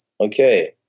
okay